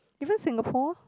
even Singapore